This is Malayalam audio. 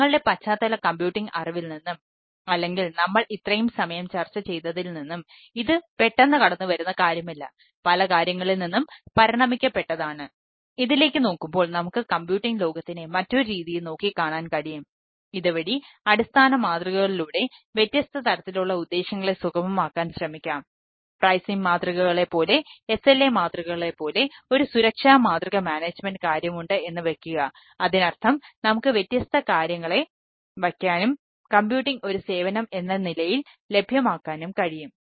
നിങ്ങളുടെ പശ്ചാത്തല കമ്പ്യൂട്ടിംഗ് ഒരു സേവനം എന്ന നിലയിൽ ലഭ്യമാക്കാനും കഴിയും